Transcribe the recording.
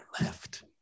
left